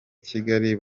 kigali